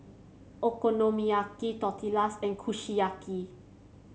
Okonomiyaki Tortillas and Kushiyaki